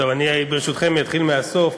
טוב, אני, ברשותכם, אתחיל מהסוף.